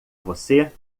você